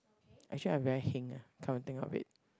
actually I very heng ah come to think of it